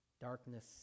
Darkness